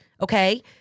okay